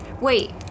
Wait